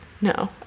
no